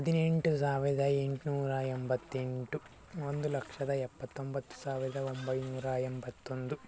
ಹದಿನೆಂಟು ಸಾವಿರದ ಎಂಟುನೂರ ಎಂಬತ್ತೆಂಟು ಒಂದು ಲಕ್ಷದ ಎಪ್ಪತ್ತೊಂಬತ್ತು ಸಾವಿರದ ಒಂಬೈನೂರ ಎಂಬತ್ತೊಂದು